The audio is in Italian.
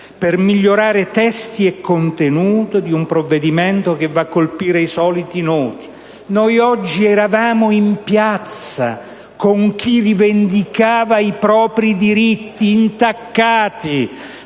per migliorare testi e contenuti di un provvedimento che va a colpire i soliti noti. Noi oggi eravamo in piazza con chi rivendicava i propri diritti, intaccati